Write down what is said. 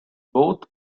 both